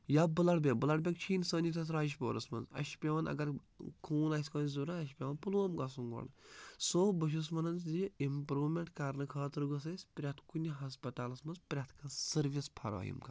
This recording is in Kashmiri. یا بٕلَڈ بٮ۪نٛک بٕلَڈ بٮ۪نٛک چھی نہٕ سٲنِس یَتھ راجپورَس منٛز اَسہِ چھِ پٮ۪وان اگر خوٗن آسہِ کٲنٛسہِ ضوٚرتھ اَسہِ چھِ پٮ۪وان پُلووم گژھُن گۄڈٕ سو بہٕ چھُس وَنان زِ اِمپروٗمٮ۪نٛٹ کَرنہٕ خٲطرٕ گوٚژھ اَسہِ پرٛٮ۪تھ کُنہِ ہَسپَتالَس منٛز پرٛٮ۪تھ کانٛہہ سٔروِس فَرٲہم کرٕنۍ